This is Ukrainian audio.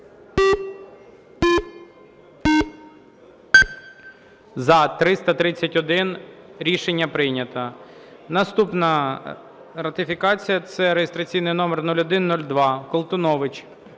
За-331 Рішення прийнято. Наступна ратифікація – це реєстраційний номер 0102. Колтунович.